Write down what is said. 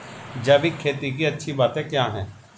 जैविक खेती की अच्छी बातें क्या हैं?